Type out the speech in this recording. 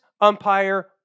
umpire